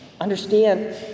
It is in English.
understand